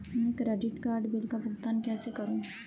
मैं credit card bill का भुगतान कैसे करूं?